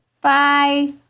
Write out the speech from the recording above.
Bye